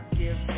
give